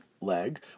leg